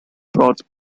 brought